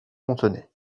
contenaient